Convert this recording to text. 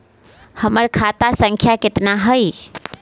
हमर खाता संख्या केतना हई?